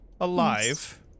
alive